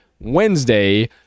Wednesday